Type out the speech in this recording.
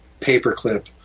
paperclip